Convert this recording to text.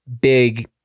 big